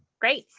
great,